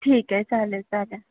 ठीक आहे चालेल चालेल